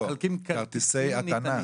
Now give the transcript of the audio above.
כרטיסי הטענה.